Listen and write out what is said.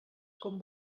com